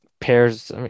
pairs